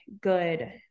good